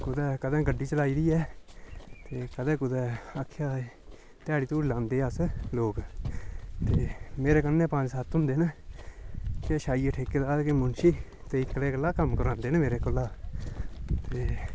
कुतै कदें गड्डी चलाई दी ऐ ते कदें कुदै आक्खेआ एह् ध्याड़ी ध्यूड़ी लांदे अस लोक ते मेरे कन्नै पंज सत्त होंदे न किश आई गे ठेकेदार किश मुन्शी ते इक्कले कोला कम्म करांदे न मेरे कोला ते